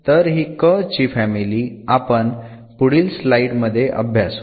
तर हि कर्व ची फॅमिली आपण पुढील स्लाईड मध्ये अभ्यासू